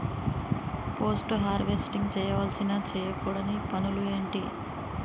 Post harvesting చేయవలసిన చేయకూడని పనులు ఏంటి?